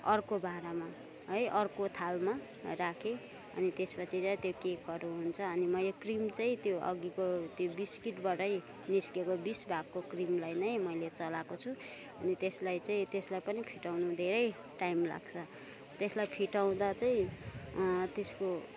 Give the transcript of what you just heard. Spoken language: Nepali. अर्को भाँडामा है अर्को थालमा राखेँ अनि त्यसपछि चाहिँ त्यो केकहरू हुन्छ अनि मैले क्रिम चाहिँ त्यो अघिको त्यो बिस्कुटबाटै निस्किएको बिच भागको क्रिमलाई नै मैले चलाएको छु अनि त्यसलाई चाहिँ त्यसलाई पनि फिटाउनु धेरै टाइम लाग्छ त्यसलाई फिटाउँदा चाहिँ त्यसको